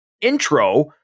intro